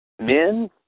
Men